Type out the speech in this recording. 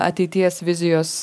ateities vizijos